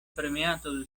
permeato